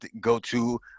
go-to